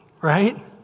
right